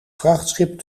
vrachtschip